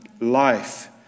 life